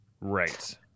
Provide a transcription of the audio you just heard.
Right